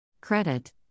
Credit